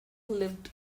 lived